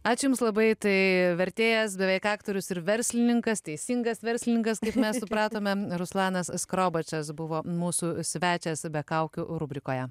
ačiū jums labai tai vertėjas beveik aktorius ir verslininkas teisingas verslininkas kaip mes supratome ruslanas skrobačas buvo mūsų svečias be kaukių rubrikoje